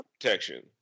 protection